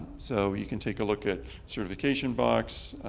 so, you can take a look at certification box.